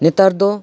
ᱱᱮᱛᱟᱨ ᱫᱚ